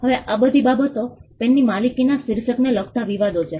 હવે આ બધી બાબતો પેનની માલિકીના શીર્ષકને લગતા વિવાદો છે